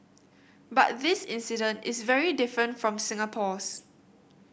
but this incident is very different from Singapore's